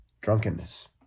drunkenness